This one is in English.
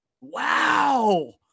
Wow